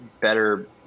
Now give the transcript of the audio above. better